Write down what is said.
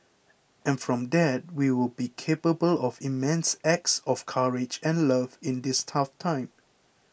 and from that we will be capable of immense acts of courage and love in this tough time